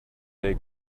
they